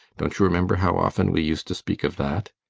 don't you remember how often we used to speak of that?